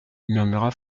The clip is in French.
murmura